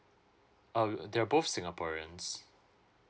oh they're both singaporeans